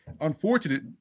unfortunate